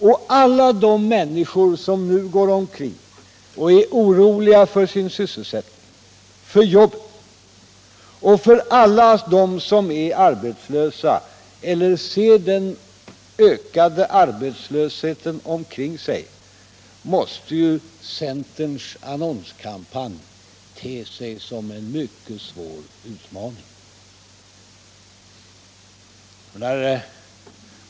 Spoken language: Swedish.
För alla de människor som nu går omkring och är oroliga för sin sysselsättning, för alla dem som är arbetslösa eller ser den ökande arbetslösheten omkring sig måste centerns annonskampanj te sig som en mycket svår utmaning.